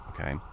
Okay